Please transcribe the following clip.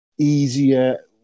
Easier